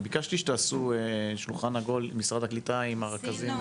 אני ביקשתי שתעשו שולחן עגול עם משרד העלייה והקליטה ועם הרכזים.